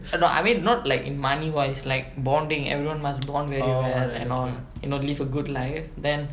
no I mean not like in money wise like bonding everyone must bond very well and all you know live a good life then